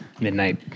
midnight